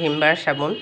ভীম বাৰ চাবোন